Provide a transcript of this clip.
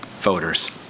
voters